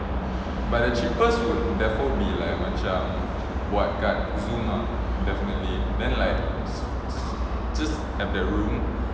but the cheapest would defo be like macam buat kat Zoom ah definitely then like just have the room